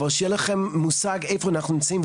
אבל שיהיה לכם מושג איפה אנחנו נמצאים,